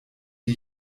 die